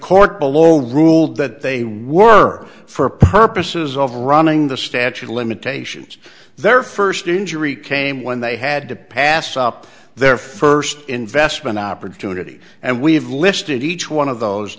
court below ruled that they were for purposes of running the statute of limitations their first injury came when they had to pass up their first investment opportunity and we've listed each one of those